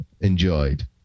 enjoyed